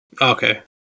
Okay